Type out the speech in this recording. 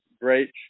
great